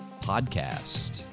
Podcast